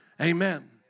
amen